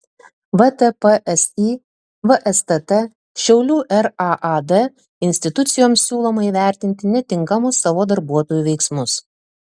vtpsi vstt šiaulių raad institucijoms siūloma įvertinti netinkamus savo darbuotojų veiksmus